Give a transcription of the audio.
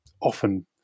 often